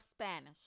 Spanish